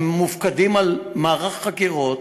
הם מופקדים על מערך החקירות,